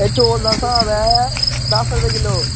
एह् चौल दा स्हाब ऐ दस्स रपे किलो